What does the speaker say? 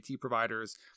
providers